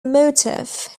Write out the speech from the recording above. motif